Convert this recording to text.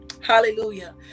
Hallelujah